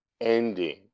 ending